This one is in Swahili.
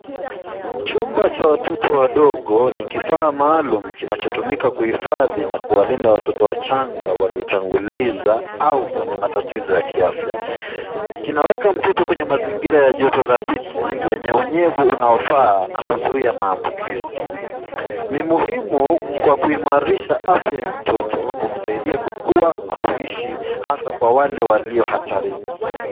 Chumba cha watoto wadogo ni kifaa maluum kinachotumika kuhifadhi na kuwalinda watoto wachanga waliotanguliza au wenye matatizo ya kiafya. KInaweka mtoto kwenye mazingira ya joto thabiti, yenye unyevu unaofaa na huzuia maambukizi. Ni muhimu kwa kuimarisha afya ya mtoto, kumsaidia kukua na kuishi hasa kwa wale walio hatarini.